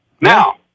Now